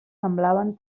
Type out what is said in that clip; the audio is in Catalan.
semblaven